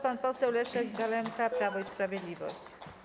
Pan poseł Leszek Galemba, Prawo i Sprawiedliwość.